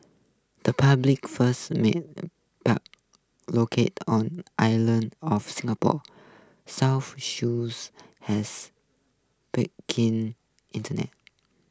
the Republic's first marine park located on islands off Singapore's southern shores has keen internet